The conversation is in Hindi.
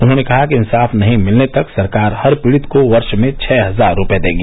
उन्होंने कहा कि इन्साफ नही मिलने तक सरकार हर पीड़ित को वर्ष में छः हजार रूपये देगी